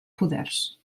poders